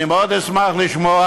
אני מאוד אשמח לשמוע.